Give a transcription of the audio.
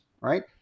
right